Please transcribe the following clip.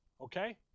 Okay